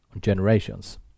generations